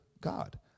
God